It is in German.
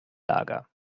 lager